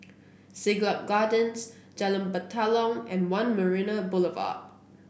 Siglap Gardens Jalan Batalong and One Marina Boulevard